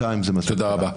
תודה רבה.